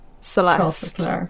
Celeste